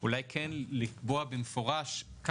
אל תביאו להצבעה בכלל, תמשיכו עם זה.